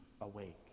awake